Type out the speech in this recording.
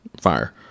fire